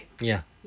ya